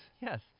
Yes